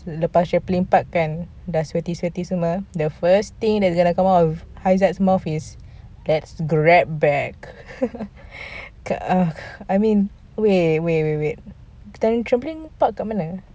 lepas trampoline park kan dah sweaty sweaty semua the first thing that we're going to come out of haizat mouth is let's grab back ah I mean wait wait wait wait trampoline park dekat mana